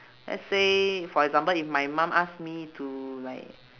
let's say for example if my mum ask me to like